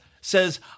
says